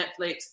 Netflix